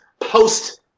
post